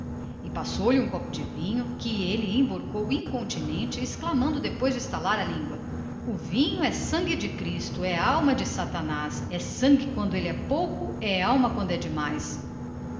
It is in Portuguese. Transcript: e passou-lhe um copo de vinho que ele emborcou trovando depois de estalar a língua o vinho é sangue de cristo é alma de satanás é sangue quando ele é pouco é alma quando é demais